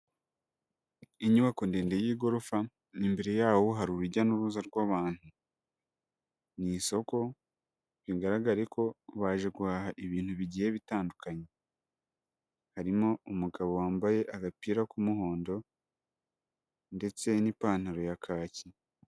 Inyubako ndede y'igorofa imbere yawo hari urujya n'uruza rw'abantu, ni isoko bigaragare ko baje guhaha ibintu bigiye bitandukanye, harimo umugabo wambaye agapira k'umuhondo ndetse n'ipantaro ya kaki.